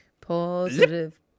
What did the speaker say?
Positive